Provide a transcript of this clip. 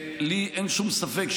לי אין שום ספק,